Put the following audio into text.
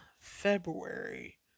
February